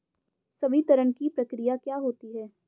संवितरण की प्रक्रिया क्या होती है?